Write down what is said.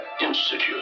Institute